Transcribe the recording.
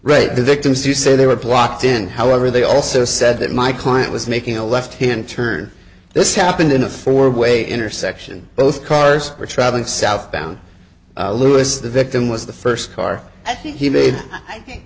right the victims you say they were blocked in however they also said that my client was making a left hand turn this happened in a four way intersection both cars were traveling southbound lewis the victim was the first car i think he made i think